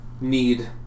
need